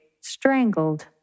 strangled